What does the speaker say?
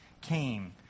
came